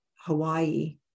Hawaii